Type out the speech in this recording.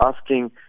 asking